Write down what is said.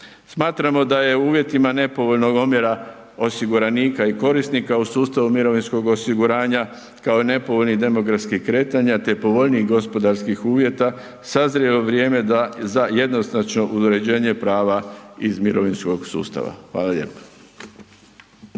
Smatramo da je u uvjetima nepovoljnog omjera osiguranika i korisnika u sustavu mirovinskog osiguranja kao i nepovoljnih demografskih kretanja te povoljnijih gospodarskih uvjeta sazrjelo vrijeme da za jednoznačno uređenje prava iz mirovinskog sustava. Hvala lijepa.